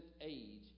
age